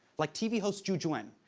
like tv host zhu jun.